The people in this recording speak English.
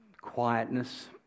quietness